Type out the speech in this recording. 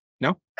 No